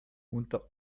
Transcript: unter